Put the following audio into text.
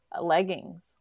leggings